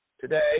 today